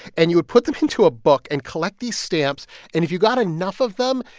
and you would put them into a book and collect these stamps. if you got enough of them,